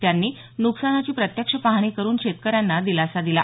त्यांनी नुकसानाची प्रत्यक्ष पाहणी करून शेतकऱ्यांना दिलासा दिला